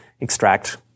extract